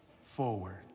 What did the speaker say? forward